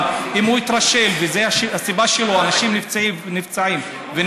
אבל אם הוא התרשל וזו הסיבה שאנשים נפצעים ונהרגים,